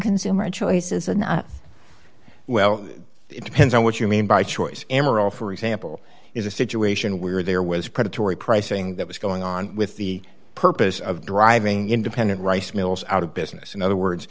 consumer choices and well it depends on what you mean by choice for example is a situation where there was predatory pricing that was going on with the purpose of driving independent rice mills out of business in other words